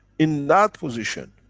in that position,